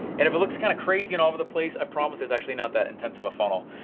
and if it looks kind of crazy and all over the place, i promise it's actually not that intense of a funnel.